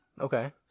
Okay